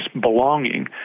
belonging